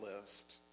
list